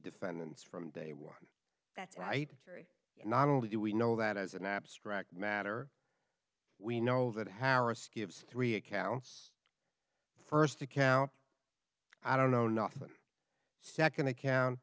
defendants from day one that's right not only do we know that as an abstract matter we know that harris gives three accounts first account i don't know nothing second